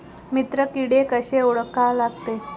मित्र किडे कशे ओळखा लागते?